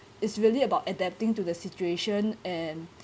it's really about adapting to the situation and